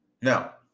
Now